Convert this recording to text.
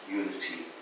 unity